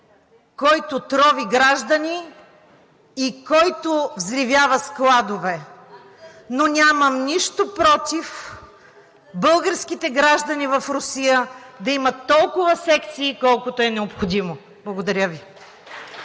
който трови граждани и който взривява складове, но нямам нищо против българските граждани в Русия да имат толкова секции, колкото е необходимо. Благодаря Ви.